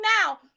now